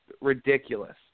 ridiculous